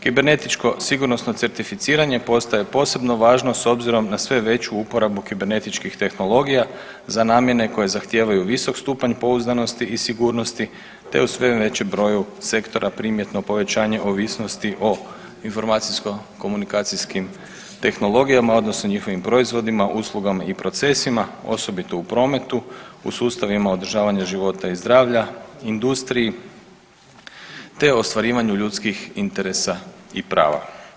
Kibernetičko sigurnosno cerficiranje postaje posebno važno s obzirom na sve veću uporabu kibernetičkih tehnologija za namjene koje zahtijevaju visok stupanj pouzdanosti i sigurnosti te u sve većem broju sektora primjetno povećanje ovisnosti o informacijsko komunikacijskim tehnologijama odnosno njihovim proizvodima, usluga i procesima osobito u prometu, u sustavima održavanja života i zdravlja, industriji te ostvarivanju ljudskih interesa i prava.